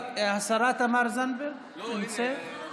השרה תמר זנדברג נמצאת?